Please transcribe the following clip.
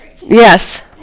Yes